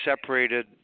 separated